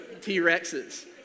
T-Rexes